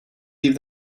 leave